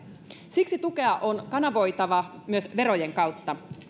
siksi tukea on kanavoitava myös verojen kautta